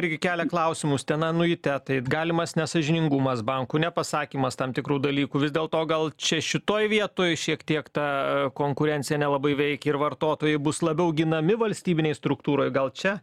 irgi kelia klausimus ten anuitetai galimas nesąžiningumas bankų nepasakymas tam tikrų dalykų vis dėl to gal čia šitoj vietoj šiek tiek ta konkurencija nelabai veik ir vartotojai bus labiau ginami valstybinėj struktūroj gal čia